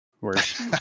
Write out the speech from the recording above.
Worse